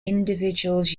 individuals